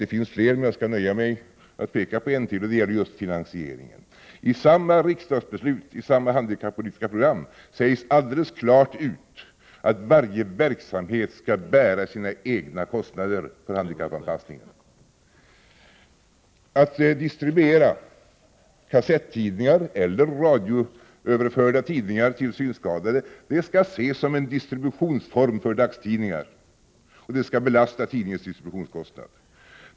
Det finns flera, men jag skall nöja mig med att peka på en, och det gäller finansieringen. I beslutet om handikappolitiskt program sägs alldeles klart ut att varje verksamhet skall bära sina egna kostnader för handikappanpassning. Att distribuera kassettidningar eller radioöverförda tidningar till synskadade skall ses som en distributionsform för dagstidningen och skall belasta tidningens distributionskostnader.